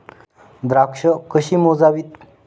द्राक्षे कशी मोजावीत?